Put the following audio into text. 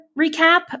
recap